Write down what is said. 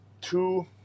two –